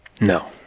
No